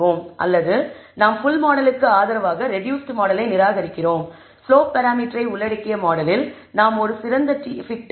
அல்லது நாம் ஃபுல் மாடலுக்கு ஆதரவாக ரெடூஸ்ட் மாடலை நிராகரிக்கிறோம் ஸ்லோப் பராமீட்டரை உள்ளடக்கிய மாடலில் நாம் ஒரு சிறந்த fit பெறுவோம்